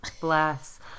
bless